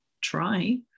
try